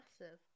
massive